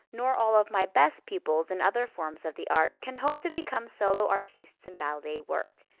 nor all of my best pupils in other forms of the art, can hope to become solo artistes in ballet work.